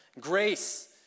Grace